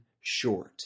short